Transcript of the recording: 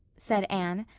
said anne.